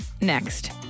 next